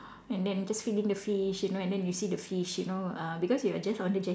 and then just feeding the fish you know and then you see the fish you know uh because you are just on the jetty